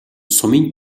сумын